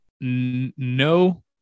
No